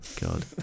god